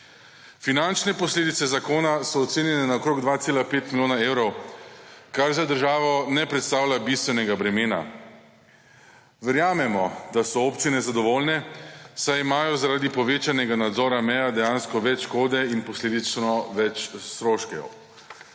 Finančne posledice zakona so ocenjene na okrog 2,5 milijona evrov, kar za državo ne predstavlja bistvenega bremena. Verjamemo, da so občine zadovoljne, saj imajo zaradi povečanega nadzora meja dejansko več škode in posledično več stroškov.